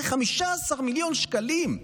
זה 15 מיליון שקלים.